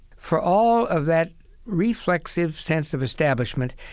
for all of that reflexive sense of establishment,